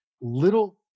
little